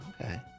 Okay